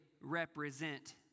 represent